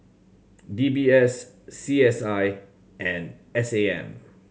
D B S C S I and S A M